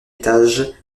étage